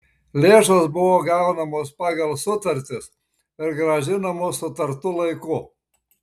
lėšos buvo gaunamos pagal sutartis ir grąžinamos sutartu laiku